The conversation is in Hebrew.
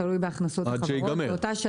תלוי בהכנסות החברות באותה שנה.